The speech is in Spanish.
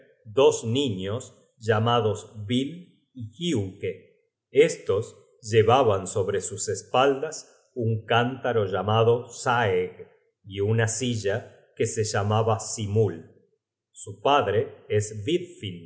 dos niños llamados bu y hiuke estos llevan sobre sus espaldas un cántaro llamado saeg y una silla que se llama simul su padrees